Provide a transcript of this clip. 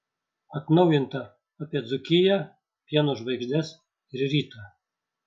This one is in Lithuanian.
atnaujinta apie dzūkiją pieno žvaigždes ir rytą